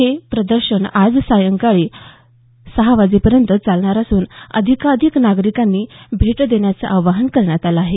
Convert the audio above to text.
हे प्रदर्शन आज सायंकाळी सहा वाजेपर्यंत चालणार असून अधिकाधिक नागरिकांनी भेट देण्याचं आवाहन करण्यात आलं आहे